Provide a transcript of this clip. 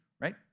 right